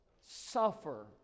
Suffer